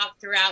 throughout